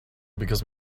because